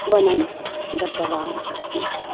वनं गतवान् आसीत्